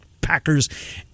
Packers